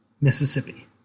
mississippi